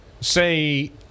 say